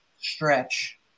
stretch